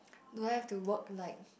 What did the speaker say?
do I have to work like